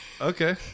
Okay